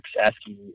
asking